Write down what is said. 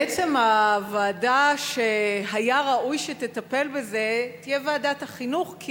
בעצם היה ראוי שהוועדה שתטפל בזה תהיה ועדת החינוך,